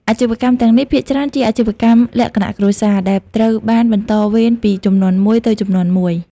អាជីវកម្មទាំងនេះភាគច្រើនជាអាជីវកម្មលក្ខណៈគ្រួសារ ដែលត្រូវបានបន្តវេនពីជំនាន់មួយទៅជំនាន់មួយ។